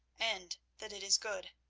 and that it is good.